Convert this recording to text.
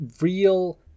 real